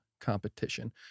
competition